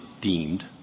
deemed